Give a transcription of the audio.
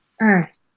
earth